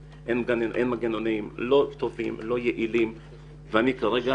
המנגנונים לא טובים ולא יעילים וכרגע